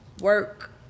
work